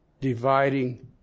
dividing